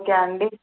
okay అండి